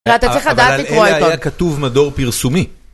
ואתה צריך לדעת לקרוא עיתון ועל אלה היה כתוב מדור פרסומי